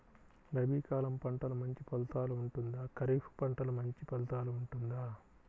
రబీ కాలం పంటలు మంచి ఫలితాలు ఉంటుందా? ఖరీఫ్ పంటలు మంచి ఫలితాలు ఉంటుందా?